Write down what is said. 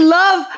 love